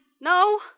No